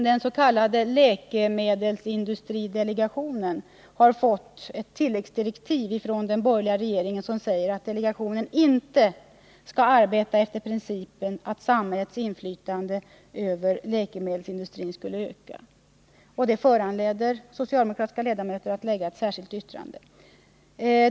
Den s.k. läkemedelsindustridelegationen har fått tilläggsdirektiv från den borgerliga regeringen som säger att delegationen inte skall arbeta efter principen att samhällets inflytande över läkemedelsindustrin skulle öka, och det föranleder de socialdemokratiska ledamöterna i utskottet att göra ett särskilt yttrande.